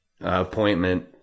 appointment